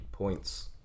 points